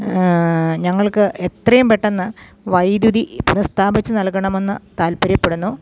ഞങ്ങൾക്ക് എത്രയും പെട്ടെന്ന് വൈദ്യുതി പ്രസ്താപിച്ച് നൽകണമെന്ന് താല്പര്യപ്പെടുന്നു